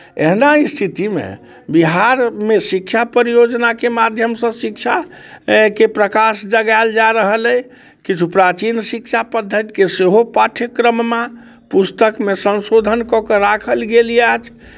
एहना स्थितिमे बिहारमे शिक्षा परियोजनाके माध्यमसँ शिक्षा के प्रकाश जगायल जा रहल अछि किछु प्राचीन शिक्षा पद्धतिके सेहो पाठ्यक्रममे पुस्तकमे संशोधन कऽ कऽ राखल गेल यए